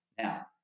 Now